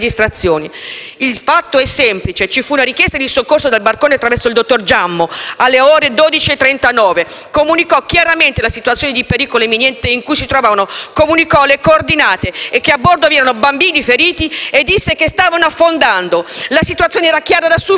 Il fatto è semplice: ci fu una richiesta di soccorso dal barcone, attraverso il dottor Jammo, che alle ore 12,39 comunicò chiaramente la situazione di pericolo imminente in cui si trovavano, comunicò le coordinate e che a bordo vi erano bambini feriti e disse che stavano affondando. La situazione era chiara da subito. Come